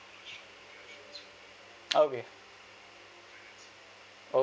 okay